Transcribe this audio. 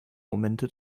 momente